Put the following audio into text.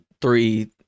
three